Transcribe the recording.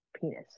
penis